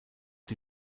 die